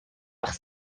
fach